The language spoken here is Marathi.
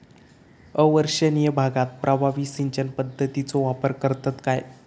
अवर्षणिय भागात प्रभावी सिंचन पद्धतीचो वापर करतत काय?